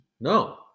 No